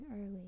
early